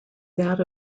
that